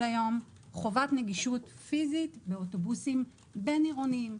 היום חובת נגישות פיזית באוטובוסים בין-עירוניים.